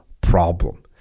problem